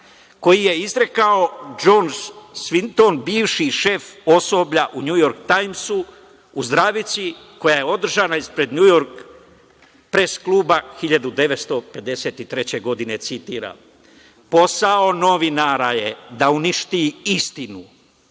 koji je izrekao Džon Svington, bivši šef osoblja u „Njujork tajmsu“ u zdravici koja je održana ispred Njujork pres kluba 1953. godine. Citiram – posao novinara je da uništi istinu,